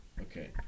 Okay